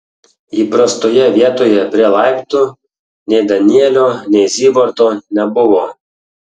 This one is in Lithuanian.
įprastoje vietoje prie laiptų nei danielio nei zybarto nebuvo